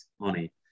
money